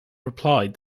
replied